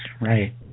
Right